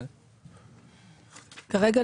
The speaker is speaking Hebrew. כרגע,